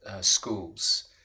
schools